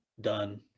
done